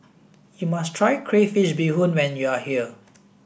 you must try crayfish beehoon when you are here